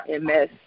MS